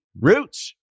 Roots